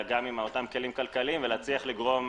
יחד עם אותם כלים כלכליים להצליח לגרום